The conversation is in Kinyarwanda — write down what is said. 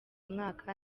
umwaka